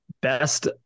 best